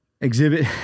Exhibit